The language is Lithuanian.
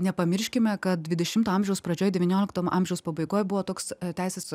nepamirškime kad dvidešimto amžiaus pradžioj devyniolikto amžiaus pabaigoj buvo toks teisės